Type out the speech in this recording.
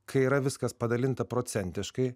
kai yra viskas padalinta procentiškai